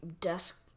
desk